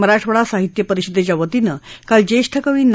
मराठवाडा साहित्य परिषदेच्या वतीनं काल ज्येष्ठ कवी ना